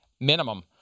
minimum